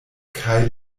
kaj